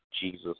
Jesus